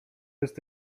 jest